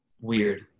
weird